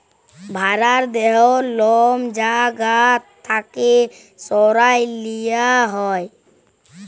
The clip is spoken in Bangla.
ভ্যারার দেহর লম যা গা থ্যাকে সরাঁয় লিয়া হ্যয়